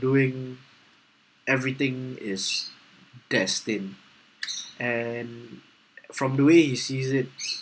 doing everything is destined and from the way he sees it